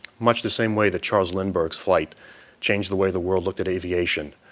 much the same way that charles lindbergh's flight changed the way the world looked at aviation.